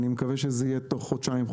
אני מקווה שזה יהיה תוך חודשיים,